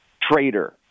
trader